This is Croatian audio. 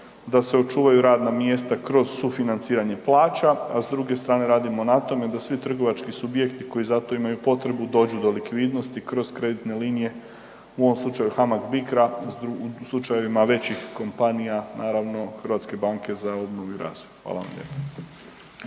da se očuvaju radna mjesta kroz sufinanciranje plaća, a s druge strane radimo na tome da svi trgovački subjekti koji za to imaju potrebu dođu do likvidnosti kroz kreditne linije, u ovom slučaju HAMAG-BICRO-a, u slučajevima većih kompanija naravno HBOR-a. Hvala vam lijepa.